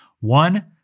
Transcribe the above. One